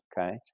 Okay